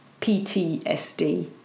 PTSD